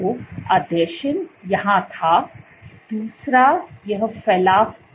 तो आसंजन यहाँ था दूसरा यह फलाव स्थिर है